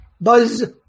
buzz